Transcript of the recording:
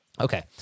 Okay